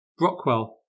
Brockwell